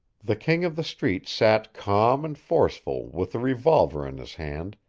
the king of the street sat calm and forceful with a revolver in his hand,